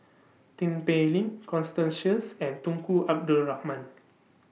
Tin Pei Ling Constance Sheares and Tunku Abdul Rahman